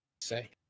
Say